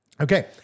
Okay